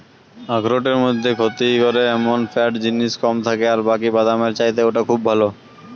আখরোটের মধ্যে ক্ষতি করে এমন ফ্যাট জিনিস কম থাকে আর বাকি বাদামের চাইতে ওটা খুব ভালো